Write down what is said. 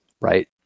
right